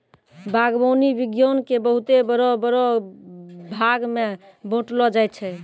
बागवानी विज्ञान के बहुते बड़ो बड़ो भागमे बांटलो जाय छै